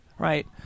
Right